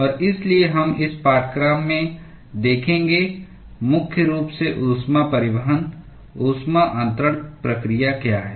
और इसलिए हम इस पाठ्यक्रम में देखेंगे मुख्य रूप से ऊष्मा परिवहन ऊष्मा अन्तरण प्रक्रिया है